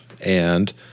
and-